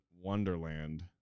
Wonderland